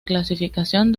clasificación